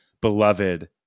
beloved